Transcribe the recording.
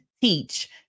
teach